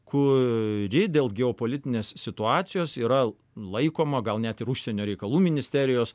kuri dėl geopolitinės situacijos yra laikoma gal net ir užsienio reikalų ministerijos